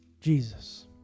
Jesus